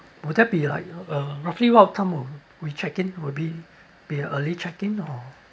would that be like uh roughly what time will we check in will be be early check in or